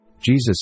Jesus